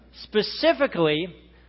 specifically